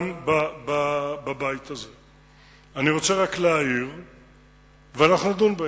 גם בבית הזה, ואנחנו נדון בעניין.